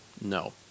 No